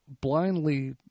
blindly